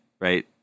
right